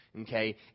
Okay